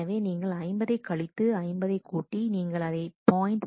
எனவே நீங்கள் ஐம்பதை கழித்து ஐம்பதை கூட்டி நீங்கள் அதை 0